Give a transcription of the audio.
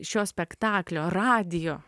šio spektaklio radijo